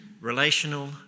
relational